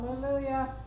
Hallelujah